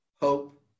hope